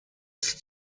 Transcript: sich